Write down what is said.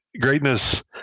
Greatness